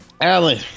Alan